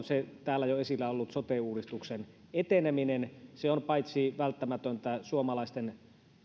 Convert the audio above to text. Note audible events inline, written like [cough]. [unintelligible] se täällä jo esillä ollut sote uudistuksen eteneminen se on paitsi välttämätöntä suomalaisten